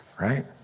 right